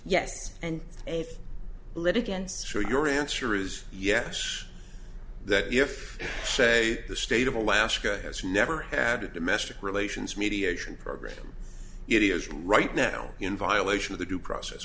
yes and a litigants for your answer is yes that if say the state of alaska has never had a domestic relations mediation program it is right now in violation of the due process